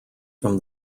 from